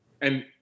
And-